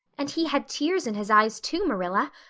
and he had tears in his eyes too, marilla.